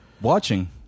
watching